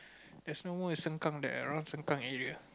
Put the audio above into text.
there's no more in Sengkang that around Sengkang area